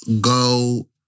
go